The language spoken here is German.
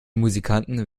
musikanten